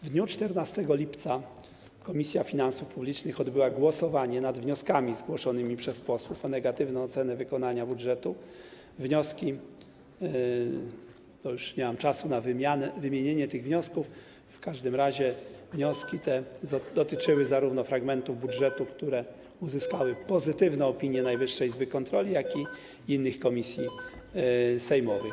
W dniu 14 lipca Komisja Finansów Publicznych odbyła głosowanie nad wnioskami zgłoszonymi przez posłów o negatywne oceny wykonania budżetu, już nie mam czasu na wymienienie tych wniosków, w każdym razie wnioski te dotyczyły zarówno fragmentów budżetu, które uzyskały pozytywne opinie Najwyższej Izby Kontroli, jak i innych komisji sejmowych.